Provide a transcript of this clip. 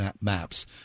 maps